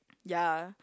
ya